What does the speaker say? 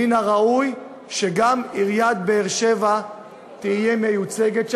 מן הראוי שגם עיריית באר-שבע תהיה מיוצגת שם,